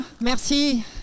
merci